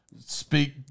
Speak